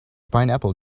pineapple